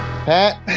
Pat